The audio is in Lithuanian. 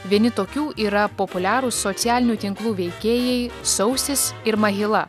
vieni tokių yra populiarūs socialinių tinklų veikėjai sausis ir mahila